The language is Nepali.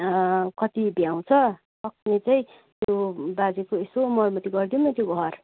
कति भ्याउँछ सक्ने चाहिँ त्यो बाजेको सो मरम्मति गरदिउँ न त्यो घर